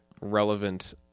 relevant